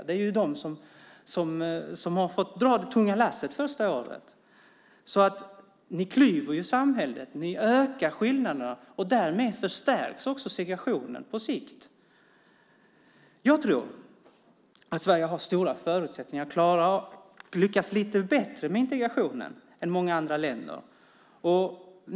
Det är de som har fått dra det tunga lasset första året. Ni klyver samhället och ökar klyftorna, och därmed förstärks också segregationen på sikt. Sverige har stora förutsättningar att lyckas lite bättre med integrationen än många andra länder.